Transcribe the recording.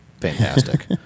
fantastic